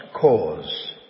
cause